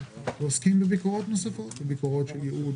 ועוסקים בביקורות נוספות - ביקורות של ייעול,